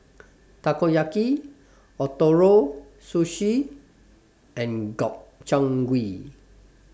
Takoyaki Ootoro Sushi and Gobchang Gui